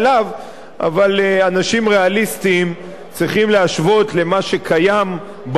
אבל אנשים ריאליסטיים צריכים להשוות למה שקיים בעולם הזה,